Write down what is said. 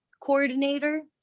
coordinator